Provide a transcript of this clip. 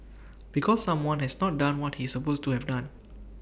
because someone has not done what he supposed to have done